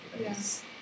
Yes